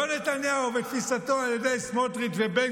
לא נתניהו ותפיסתו על ידי סמוטריץ' ובן